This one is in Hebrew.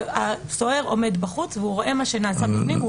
הסוהר עומד בחוץ והוא רואה מה שנעשה בפנים.